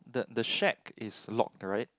the the shack is locked right